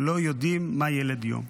לא יודעים מה ילד יום.